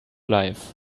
life